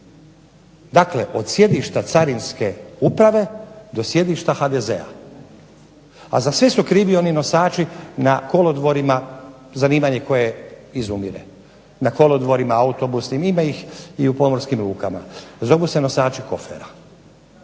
dakle od sjedišta Carinske uprave do sjedišta HDZ-a a za sve su krivi oni nosači na kolodvorima, zanimanje koje izumire, ima ih i u pomorskim lukama, zovu se nosači kofera,